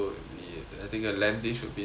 I think a lamb dish would be nice